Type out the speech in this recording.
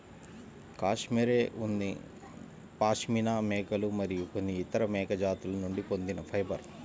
cashmere ఉన్ని పాష్మినా మేకలు మరియు కొన్ని ఇతర మేక జాతుల నుండి పొందిన ఫైబర్